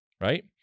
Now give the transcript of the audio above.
right